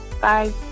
Bye